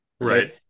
Right